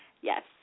Yes